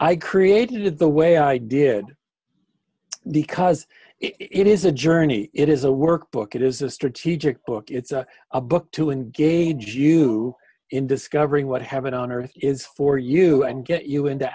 i created the way i did because it is a journey it is a workbook it is a strategic book it's a a book to engage you in discovering what heaven on earth is for you and get you into